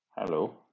Hello